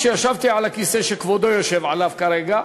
כשישבתי על הכיסא שכבודו יושב עליו כרגע,